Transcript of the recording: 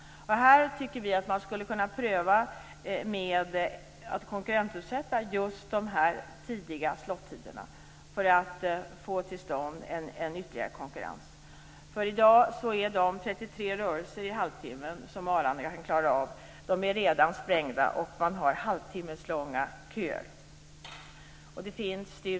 Här kunde man pröva med att konkurrensutsätta just de tidiga slottiderna för att få till stånd en ytterligare konkurrens. I dag är de 33 rörelser per halvtimme som Arlanda kan klara av redan sprängda, och man har halvtimmeslånga köer.